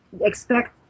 expect